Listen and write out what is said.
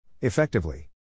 Effectively